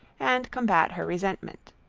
and combat her resentment.